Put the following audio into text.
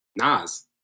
Nas